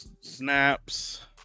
Snaps